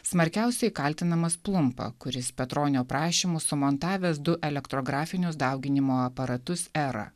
smarkiausiai kaltinamas plumpa kuris petronio prašymu sumontavęs du elektrografinius dauginimo aparatus era